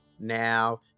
now